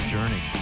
Journey